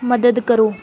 ਮਦਦ ਕਰੋ